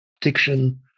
diction